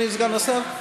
אדוני סגן השר?